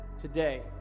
today